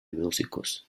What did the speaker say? músicos